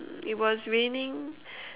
it was raining